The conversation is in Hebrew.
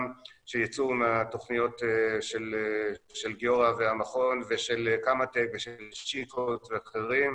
שיצאו מהתכניות של גיורא והמכון ושל קמא טק ושל she coeds ואחרים,